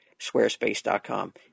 Squarespace.com